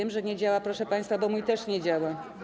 Wiem, że nie działa, proszę państwa, bo mój też nie działa.